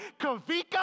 Kavika